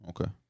Okay